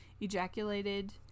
Ejaculated